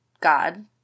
God